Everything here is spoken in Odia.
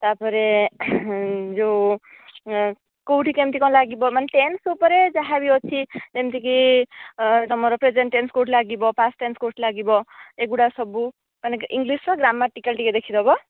ତାପରେ ଯେଉଁ କେଉଁଠି କେମିତି କ'ଣ ଲାଗିବ ମାନେ ଟେନ୍ସ ଉପରେ ଯାହାବି ଅଛି ଯେମିତିକି ତମର ପ୍ରେଜେଣ୍ଟ ଟେନ୍ସ କେଉଁଠି ଲାଗିବ ପାଷ୍ଟ ଟେନ୍ସ କେଉଁଠି ଲାଗିବ ଏଗୁଡ଼ା ସବୁ ମାନେ ଇଂଲିଶ ର ଗ୍ରାମାଟିକାଲ ଟିକେ ଦେଖିଦେବ